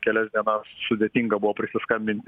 kelias dienas sudėtinga buvo prisiskambinti